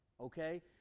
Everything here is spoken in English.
Okay